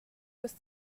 with